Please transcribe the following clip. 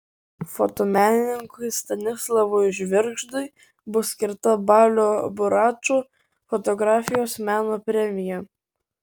fotomenininkui stanislovui žvirgždui bus skirta balio buračo fotografijos meno premija